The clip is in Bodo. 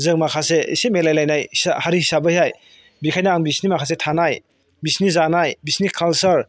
जों माखासे इसे मिलाय लायनाय हारि हिसाबैहाय बेनिखायनो आं बिसोरनि माखासे थानाय बिसोरनि जानाय बिसोरनि खाल्सार